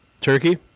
turkey